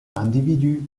individu